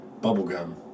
bubblegum